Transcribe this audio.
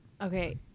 Okay